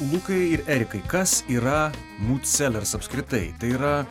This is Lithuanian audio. lukai ir erikai kas yra mūd selers apskritai tai yra